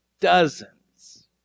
dozens